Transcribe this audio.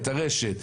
את הרשת,